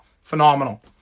phenomenal